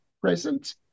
present